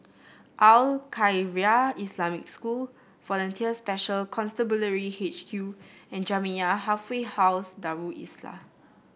Al Khairiah Islamic School Volunteer Special Constabulary H Q and Jamiyah Halfway House Darul Islah